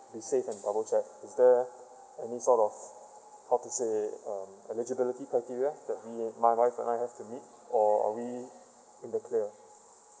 be safe and double check is there sort of how to say um eligibility criteria that we my wife and I have to meet or are we in the clear